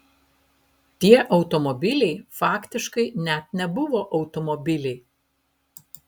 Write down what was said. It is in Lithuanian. tie automobiliai faktiškai net nebuvo automobiliai